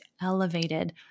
elevated